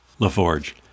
LaForge